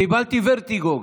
קיבלתי ורטיגו כבר.